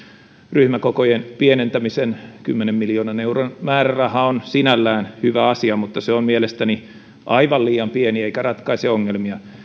ryhmäkokojen pienentämisen kymmenen miljoonan euron määräraha on sinällään hyvä asia mutta se on mielestäni aivan liian pieni eikä ratkaise ongelmia